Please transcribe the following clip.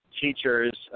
teachers